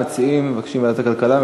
ועדת הכלכלה, המציעים מבקשים ועדת הכלכלה.